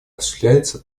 осуществляется